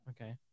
Okay